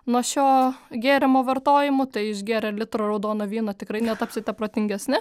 nuo šio gėrimo vartojimo tai išgėrę litrą raudono vyno tikrai netapsite protingesni